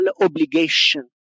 obligation